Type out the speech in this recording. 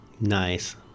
Nice